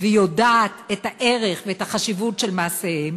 והיא יודעת את הערך ואת החשיבות של מעשיהם,